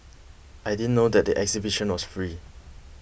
I didn't know that the exhibition was free